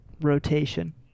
rotation